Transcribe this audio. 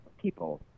people